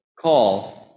call